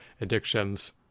addictions